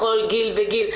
בכל גיל וגיל.